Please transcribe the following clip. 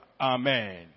Amen